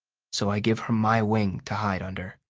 so i give her my wing to hide under.